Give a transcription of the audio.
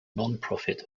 nonprofit